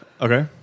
Okay